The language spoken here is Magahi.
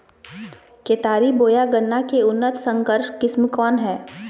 केतारी बोया गन्ना के उन्नत संकर किस्म कौन है?